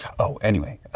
oh, anyway.